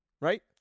Right